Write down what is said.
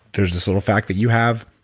there's this little fact that you have